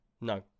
No